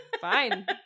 fine